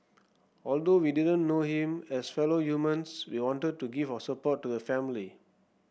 although we didn't know him as fellow humans we wanted to give our support to the family